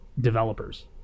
developers